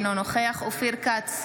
אינו נוכח אופיר כץ,